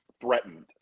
threatened